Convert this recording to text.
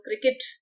cricket